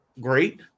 great